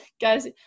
guys